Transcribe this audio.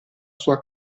sua